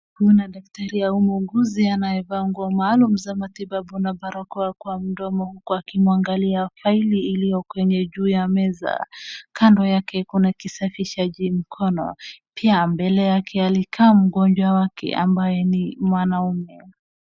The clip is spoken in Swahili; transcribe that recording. Kuna daktari au muuguzi anayevaa nguo maalum za matibabu na barakoa kwa mdomo huku akiangalia faili iliyo kwenye juu ya meza. Kando yake kuna kisafishaji mkono, pia mbele yake alikaa mgonjwa wake ambaye ni mwanaume.